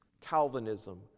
Calvinism